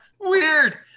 Weird